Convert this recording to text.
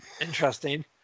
interesting